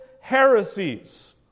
heresies